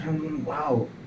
wow